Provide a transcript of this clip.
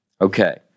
Okay